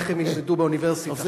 איך הם ילמדו באוניברסיטה?